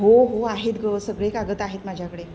हो हो आहेत गं सगळे कागद आहेत माझ्याकडे